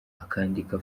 akandika